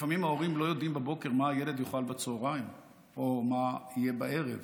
לפעמים ההורים לא יודעים בבוקר מה הילד יאכל בצוהריים או מה יהיה בערב,